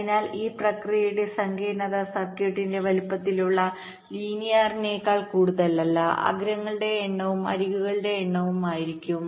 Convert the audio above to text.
അതിനാൽ ഈ പ്രക്രിയയുടെ സങ്കീർണ്ണത സർക്കിട്ടിന്റെ വലുപ്പത്തിലുള്ള ലീനിയറിനേക്കാൾ കൂടുതലല്ല അഗ്രങ്ങളുടെ എണ്ണവും അരികുകളുടെ എണ്ണവും ആയിരിക്കും